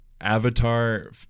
Avatar